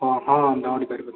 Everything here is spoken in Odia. ହଁ ହଁ ଦୋୖଡ଼ି ପାରିବେ